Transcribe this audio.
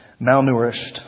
malnourished